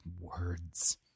words